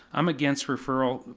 i'm against referral.